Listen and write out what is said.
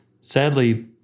Sadly